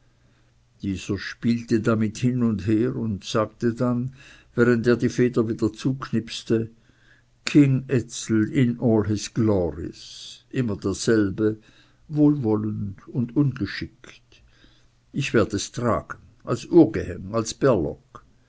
dieser spielte damit hin und her und sagte dann während er die feder wieder zuknipste king ezel in all his glories immer derselbe wohlwollend und ungeschickt ich werd es tragen als uhrgehäng als